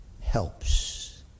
helps